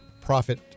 profit